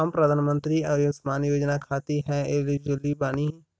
हम प्रधानमंत्री के अंशुमान योजना खाते हैं एलिजिबल बनी?